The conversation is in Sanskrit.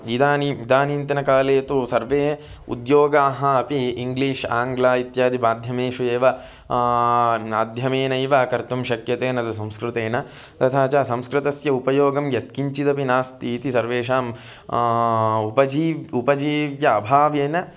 इदानीम् इदानीन्तनकाले तु सर्वे उद्योगाः अपि इङ्ग्लीष् आङ्ग्ल इत्यादि माध्यमेषु एव माध्यमेनैव कर्तुं शक्यते न तु संस्कृतेन तथा च संस्कृतस्य उपयोगं यत्किञ्चिदपि नास्तीति सर्वेषां उपजीव्य उपजीव्य अभावेन